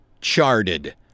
charted